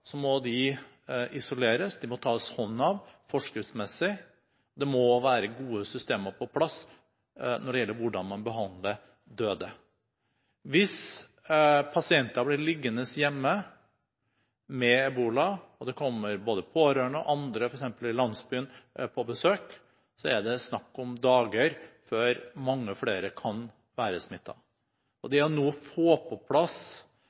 så må de isoleres, de må tas hånd om forskriftsmessig, det må være gode systemer på plass når det gjelder hvordan man behandler døde. Hvis pasienter blir liggende hjemme med ebola, og det kommer pårørende og andre – f.eks. fra landsbyen – på besøk, så er det bare snakk om dager før mange flere kan være smittet. Det å få på plass